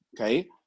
okay